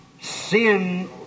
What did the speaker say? sin